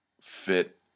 fit